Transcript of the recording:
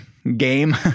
game